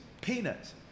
peanuts